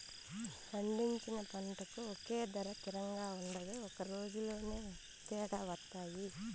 పండించిన పంటకు ఒకే ధర తిరంగా ఉండదు ఒక రోజులోనే తేడా వత్తాయి